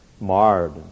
marred